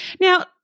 Now